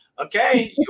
Okay